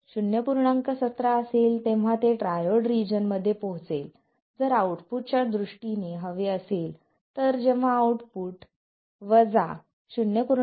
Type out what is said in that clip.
17 असेल तेव्हा ते ट्रायोड रिजन मध्ये पोहोचेल जर आउटपुट च्या दृष्टीने हवे असेल तर जेव्हा आउटपुट 0